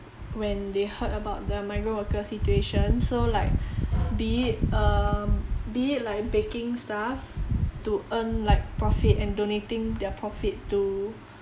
when they heard about the migrant worker situation so like be it um be it like baking stuff to earn like profit and donating their profit to